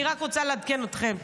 אני רק רוצה לעדכן אתכם.